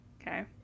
Okay